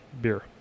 beer